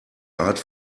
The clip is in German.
art